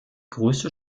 größte